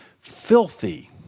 filthy